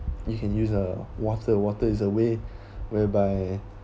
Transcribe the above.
you can use a water water is a way whereby